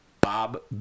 Bob